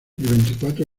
veinticuatro